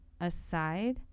aside